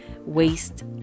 waste